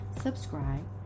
subscribe